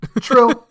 True